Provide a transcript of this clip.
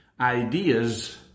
ideas